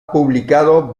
publicado